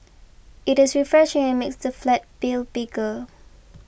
it is refreshing and makes the flat feel bigger